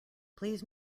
please